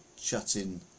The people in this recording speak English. chatting